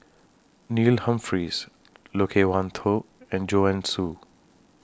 Neil Humphreys Loke Wan Tho and Joanne Soo